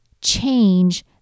change